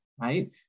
Right